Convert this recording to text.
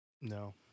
No